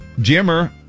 Jimmer